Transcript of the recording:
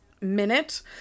minute